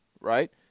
right